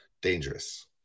dangerous